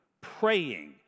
praying